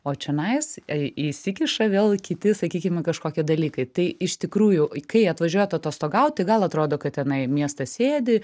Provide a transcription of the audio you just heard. o čionais įsikiša vėl kiti sakykime kažkokie dalykai tai iš tikrųjų kai atvažiuojat atostogaut tai gal atrodo kad tenai miestas sėdi